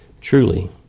Truly